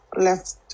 left